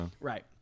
Right